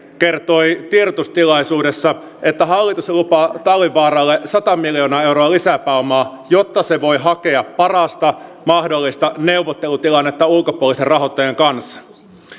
kertoi tiedostustilaisuudessa että hallitus lupaa talvivaaralle sata miljoonaa euroa lisäpääomaa jotta se voi hakea parasta mahdollista neuvottelutilannetta ulkopuolisen rahoittajan kanssa